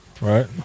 Right